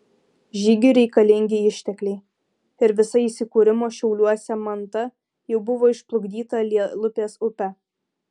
žygiui reikalingi ištekliai ir visa įsikūrimo šiauliuose manta jau buvo išplukdyta lielupės upe